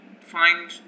find